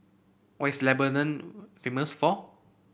what is Lebanon famous for